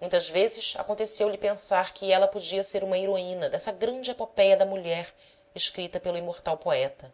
muitas vezes aconteceu-lhe pensar que ela podia ser uma heroína dessa grande epopéia da mulher escrita pelo imortal poeta